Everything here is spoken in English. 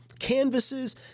canvases